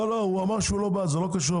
לא, הוא אמר שהוא לא בא, זה לא קשור.